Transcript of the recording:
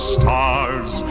stars